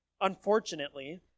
Unfortunately